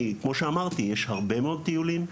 כי כמו שאמרתי יש הרבה מאוד טיולים,